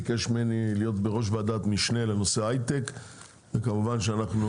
ביקש ממני להיות בראש ועדת משנה לנושא היי-טק וכמובן שאנחנו